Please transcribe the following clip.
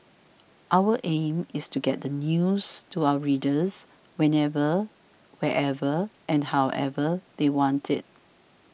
our aim is to get the news to our readers whenever wherever and however they want it